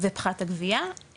ופחת הגבייה,